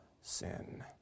sin